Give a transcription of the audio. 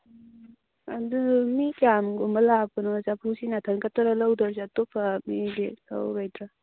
ꯎꯝ ꯑꯗꯨ ꯃꯤ ꯀꯌꯥꯝꯒꯨꯝꯕ ꯂꯥꯛꯄꯅꯣ ꯆꯐꯨꯁꯤꯅ ꯅꯊꯟꯈꯛꯇꯔꯥ ꯂꯧꯗꯣꯏꯁꯦ ꯑꯇꯣꯞꯄ ꯃꯤꯗꯤ ꯂꯧꯔꯣꯏꯗ꯭ꯔꯥ